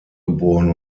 geboren